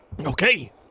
Okay